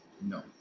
No